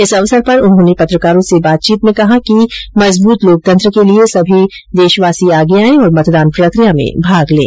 इस अवसर पर उन्होंने पत्रकारों से बातचीत में कहा कि मजबूत लोकतंत्र के लिए सभी देशवासी आगे आए और मतदान प्रक्रिया में भाग लें